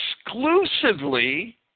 exclusively